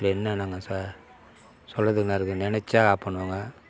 என்ன நாங்கள் சார் சொல்கிறதுக்கு என்ன இருக்குது நினச்சா ஆஃப் பண்ணுவாங்கள்